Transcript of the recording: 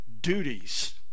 duties